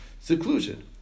seclusion